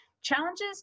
challenges